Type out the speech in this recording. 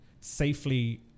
safely